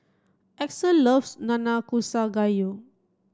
Axel loves Nanakusa Gayu